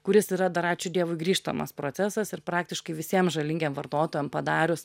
kuris yra dar ačiū dievui grįžtamas procesas ir praktiškai visiem žalingiem vartotojam padarius